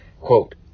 Quote